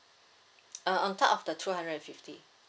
uh on top of the two hundred and fifty